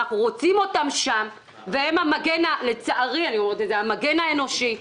אנחנו רוצים אותם שם והם לצערי המגן האנושי,